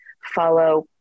follow